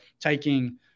taking